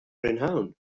prynhawn